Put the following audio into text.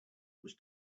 was